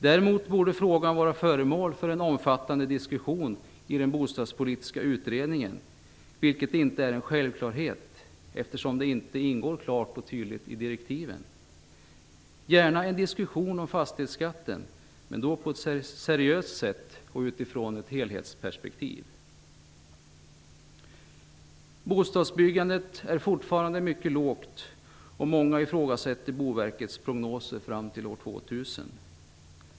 Däremot borde frågan vara föremål för en omfattande diskussion i den bostadspolitiska utredningen, vilket inte är en självklarhet eftersom det inte ingår klart och tydligt i direktiven. För gärna en diskussion om fastighetsskatten, men gör det på ett seriöst sätt och i ett helhetsperspektiv. Bostadsbyggandet är fortfarande mycket lågt, och många ifrågasätter Boverkets prognoser fram till år 2000.